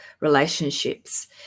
relationships